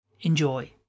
Enjoy